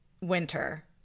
winter